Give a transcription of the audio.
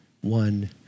one